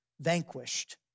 vanquished